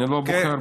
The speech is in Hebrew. אני לא בורח מזה.